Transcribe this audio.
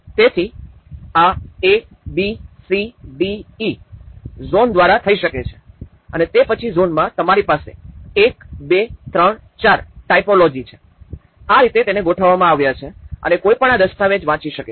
તેથી આ A B C D E zone દ્વારા થઈ શકે છે અને તે પછી ઝોનમાં તમારી પાસે ૧ ૨ ૩ ૪ ટાઇપોલોજી છે આ રીતે તેને ગોઠવવામાં આવ્યા છે અને કોઈ પણ આ દસ્તાવેજ વાંચી શકે છે